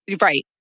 Right